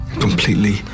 completely